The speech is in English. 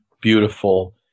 beautiful